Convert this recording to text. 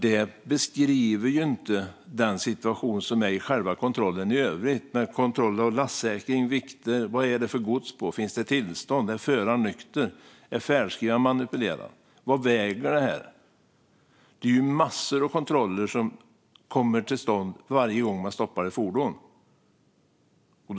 Det beskriver dock inte situationen för själva kontrollen i övrigt, såsom kontroll av lastsäkring, vikter, vad det är för gods, om det finns tillstånd, om föraren är nykter, om färdskrivaren är manipulerad och vad det väger. Det är massor av kontroller som kommer till stånd varje gång ett fordon stoppas.